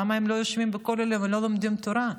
למה הם לא יושבים בכוללים ולא לומדים תורה,